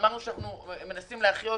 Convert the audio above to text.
אמרנו שאנחנו מנסים להחיות